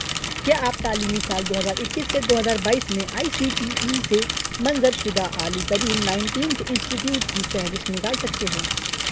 کیا آپ تعلیمی سال دو ہزار اکیس سے دو ہزار بائیس میں آئی سی ٹی ای سے منظر شدہ اعلی ترین نائنٹینتھ انسٹیٹیوٹ کی فہرست نکال سکتے ہو